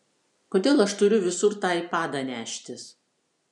kodėl aš turiu visur tą aipadą neštis